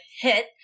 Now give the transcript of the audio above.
hit